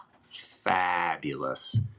fabulous